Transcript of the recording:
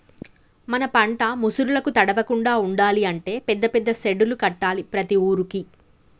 మన పంట ముసురులకు తడవకుండా ఉండాలి అంటే పెద్ద పెద్ద సెడ్డులు కట్టాలి ప్రతి ఊరుకి